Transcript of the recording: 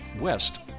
west